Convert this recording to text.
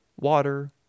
water